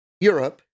Europe